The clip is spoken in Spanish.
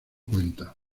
cuenta